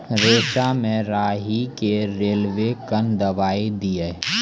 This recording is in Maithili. रेचा मे राही के रेलवे कन दवाई दीय?